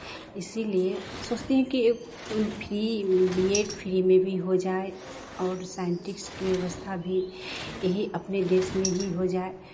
इसीलिए सोचती हूं कि फी बी एड फ्री में भी हो जाए और साइंटिस्ट की व्यवस्था भी यहीं अपने देश में ही हो जाये